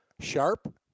sharp